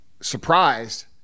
surprised